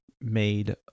made